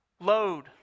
load